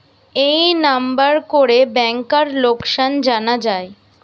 এই নাম্বার করে ব্যাংকার লোকাসান জানা যায়